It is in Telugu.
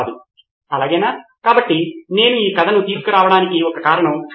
సిద్ధార్థ్ మాతురి కాబట్టి చెప్పినట్లు నేర్చుకోవడం ఇది పునరావృతమవుతుంది